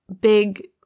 big